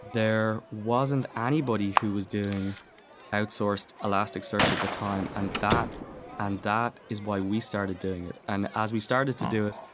there wasn't anybody who was doing outsourced elastic search at the time, and that and that is why we started doing it and as we started to do it,